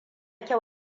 kyau